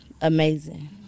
Amazing